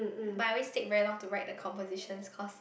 but I always take very long to write the compositions cause